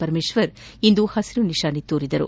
ಪರಮೇಶ್ವರ್ ಇಂದು ಪಸಿರು ನಿಶಾನೆ ತೋರಿದರು